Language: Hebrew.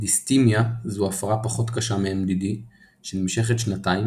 דיסתימיה זו הפרעה פחות קשה מMDD שנמשכת שנתיים